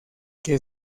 que